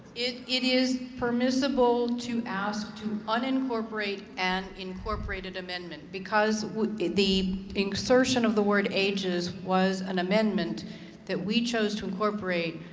it it is permissible to ask to unincorporated an incorporated amendment, because the insertion of the word ages was an amendment that we chose to incorporate.